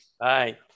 Bye